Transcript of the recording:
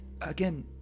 Again